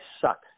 suck